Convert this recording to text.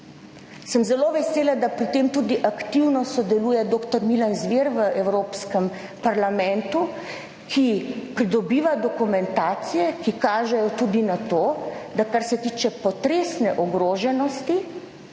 Sem zelo vesela, da pri tem tudi aktivno sodeluje dr. Milan Zver v Evropskem parlamentu, ki pridobiva dokumentacije, ki kažejo tudi na to, da kar se tiče potresne ogroženosti